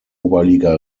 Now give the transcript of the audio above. oberliga